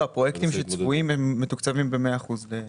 הפרויקטים שצבועים מתוקצבים במאה אחוז.